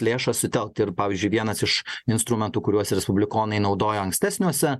lėšas sutelkti ir pavyzdžiui vienas iš instrumentų kuriuos respublikonai naudojo ankstesniuose